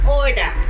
order